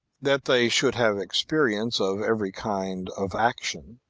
that they should have experience of every kind of action,